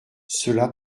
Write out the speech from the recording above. cela